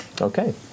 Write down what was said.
Okay